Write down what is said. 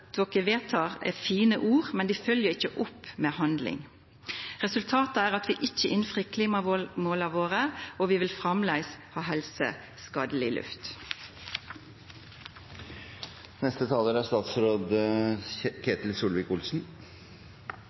fine ord, men dei blir ikkje følgde opp med handling. Resultatet er at vi ikkje innfrir klimamåla våre, og vi vil framleis ha